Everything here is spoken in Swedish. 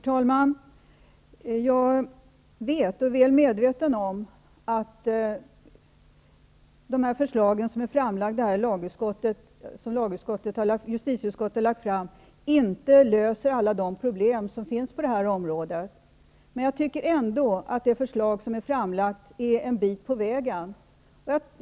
Herr talman! Jag är väl medveten om att det förslag som justitieutskottet har lagt fram inte löser alla de problem som finns på området. Men jag tycker ändå att förslaget är att gå en bit på vägen.